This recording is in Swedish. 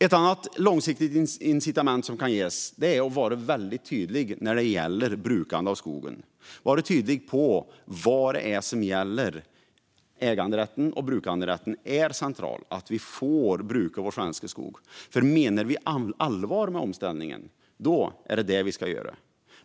Ett annat långsiktigt incitament som kan ges är att vara väldigt tydlig när det gäller brukande av skogen. Man ska vara tydlig om vad som gäller - äganderätten och brukanderätten är centrala - och att vi får bruka vår svenska skog. Menar vi allvar med omställningen är det detta vi ska göra.